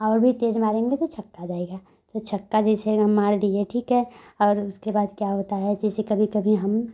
और भी तेज़ मारेंगे तो छक्का जाएगा तो छक्का जैसे हम मार दिए ठीक है और उसके बाद क्या होता है जैसे कभी कभी हम